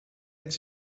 het